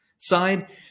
side